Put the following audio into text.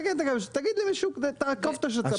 תקן, תעקוף את השצ"פ.